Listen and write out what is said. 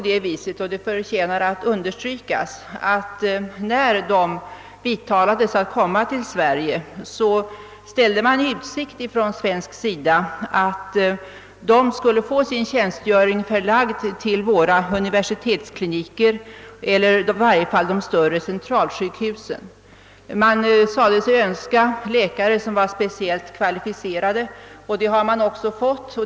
Det förtjänar att understrykas att när dessa läkare vidtalades att komma till Sverige ställde man från svensk sida i utsikt att de skulle få sin tjänstgöring förlagd till våra universitetskliniker eller i varje fall till de större ceniralsjukhusen. Man sade sig önska läkare som var speciellt kvalificerade, och det har man också fått.